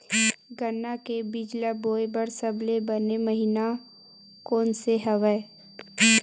गन्ना के बीज ल बोय बर सबले बने महिना कोन से हवय?